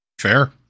fair